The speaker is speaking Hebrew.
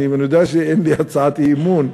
אני יודע שאין לי הצעת אי-אמון,